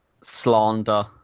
slander